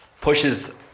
pushes